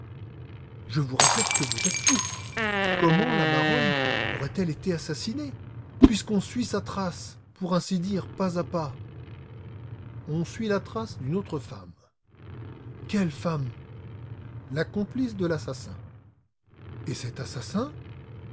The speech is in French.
je vous répète que vous êtes fou comment la baronne aurait-elle été assassinée puisqu'on suit sa trace pour ainsi dire pas à pas on suit la trace d'une autre femme quelle femme la complice de l'assassin et cet assassin